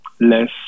less